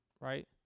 right